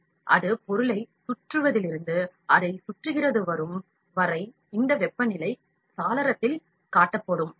எனவே அது பொருளைச் சுற்றுவதிலிருந்து அதைச் சுற்றுகிறது வரும் இந்த வெப்பநிலை சாளரத்தில் காட்டப்படும்